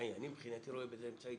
אני מבחינתי רואה בזה אמצעי.